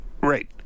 Right